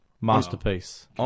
masterpiece